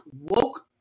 woke